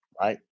right